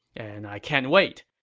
and i can't wait.